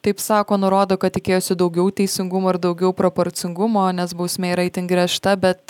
taip sako nurodo kad tikėjosi daugiau teisingumo ir daugiau proporcingumo nes bausmė yra itin griežta bet